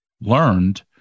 learned